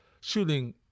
shooting